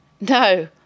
No